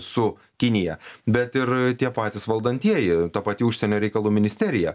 su kinija bet ir tie patys valdantieji ta pati užsienio reikalų ministerija